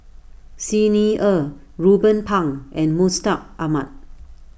Xi Ni Er Ruben Pang and Mustaq Ahmad